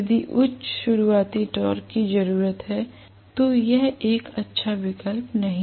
यदि उच्च शुरुआती टॉर्क की जरूरत है तो यह एक अच्छा विकल्प नहीं है